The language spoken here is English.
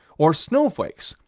or snowflakes.